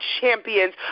champions